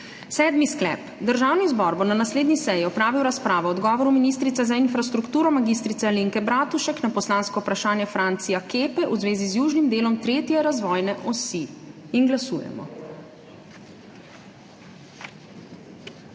Sedmi sklep: Državni zbor bo na naslednji seji opravil razpravo o odgovoru ministrice za infrastrukturo mag. Alenke Bratušek na poslansko vprašanje Francija Kepe v zvezi z južnim delom tretje razvojne osi. Glasujemo.